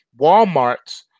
WalMarts